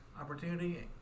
opportunity